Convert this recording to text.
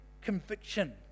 conviction